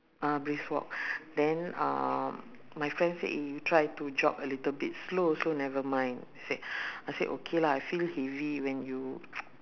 uh brisk walk then uh my friend said eh you try to jog a little bit slow also nevermind I said I said okay lah I feel heavy when you